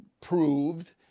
proved